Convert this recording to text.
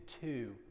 two